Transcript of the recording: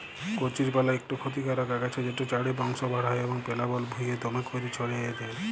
কচুরিপালা ইকট খতিকারক আগাছা যেট চাঁড়ে বংশ বাঢ়হায় এবং পেলাবল ভুঁইয়ে দ্যমে ক্যইরে ছইড়াই যায়